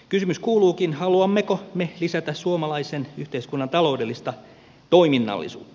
kysymys kuuluukin haluammeko me lisätä suomalaisen yhteiskunnan taloudellista toiminnallisuutta